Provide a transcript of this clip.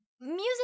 music